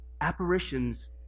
apparitions